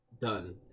done